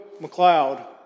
McLeod